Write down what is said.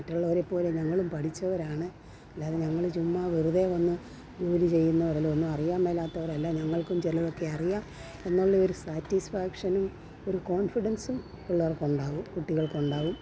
മറ്റുള്ളവരെ പോലെ ഞങ്ങളും പഠിച്ചവരാണ് അല്ലാതെ ഞങ്ങൾ ചുമ്മാ വെറുതെ വന്ന് ജോലി ചെയ്യുന്നവരല്ല ഒന്നും അറിയാന്മേലാത്തവരല്ല ഞങ്ങൾക്കും ചിലതൊക്കെ അറിയാം എന്നുള്ള ഒരു സാറ്റിസ്ഫാക്ഷനും ഒരു കോൺഫിഡൻസും പിള്ളേർക്കുണ്ടാവും കുട്ടികൾക്കുണ്ടാവും